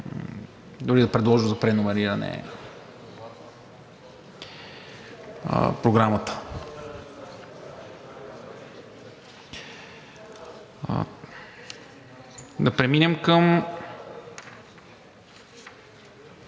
дори да предложа за преномериране на Програмата. Да преминем към